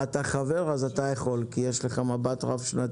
אם אתה חבר בהנהלה אז אתה יכול כי יש לך מבט רב-שנתי.